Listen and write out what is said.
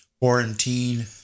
quarantine